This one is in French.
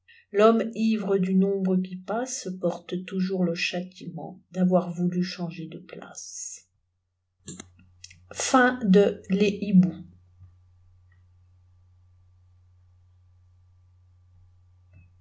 l'homme ivre d'une ombre qui passeporte toujours le châtimentd'avoir voulu changer de place